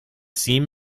seam